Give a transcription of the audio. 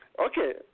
Okay